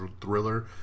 Thriller